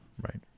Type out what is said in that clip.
right